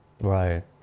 Right